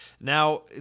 Now